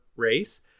race